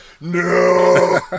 no